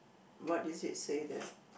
what is it say there